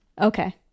Okay